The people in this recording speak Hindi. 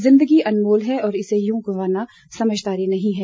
जिन्दगी अनमोल है और इसे यूं गंवाना समझदारी नहीं है